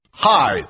Hi